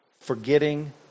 Forgetting